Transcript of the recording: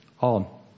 on